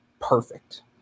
perfect